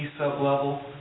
sublevel